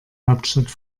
hauptstadt